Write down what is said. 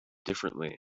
differently